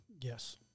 Yes